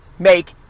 Make